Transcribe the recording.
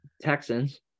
Texans